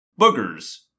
boogers